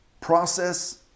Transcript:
process